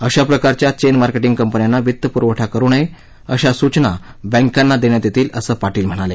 अशा प्रकारच्या chain marketing कंपन्यांना वित्तप्रवठा करू नये अशा सूचना बँकांना देण्यात येतील असं पाटील म्हणाले